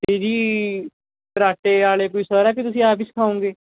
ਅਤੇ ਜੀ ਕਰਾਟੇ ਵਾਲੇ ਕੋਈ ਸਰ ਹੈ ਕਿ ਤੁਸੀਂ ਆਪ ਹੀ ਸਿਖਾਉਂਗੇ